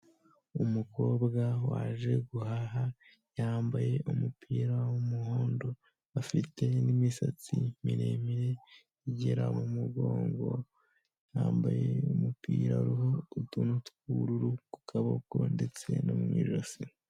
Umukobwa waje guhaha yambaye umupira w'umuhondo afite n'imisatsi miremire igera mu mugongo. Yambaye umupira uriho utuntu tw'ubururu ku kaboko ndetse no mu ijosi.